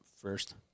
first